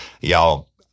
Y'all